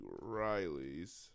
Riley's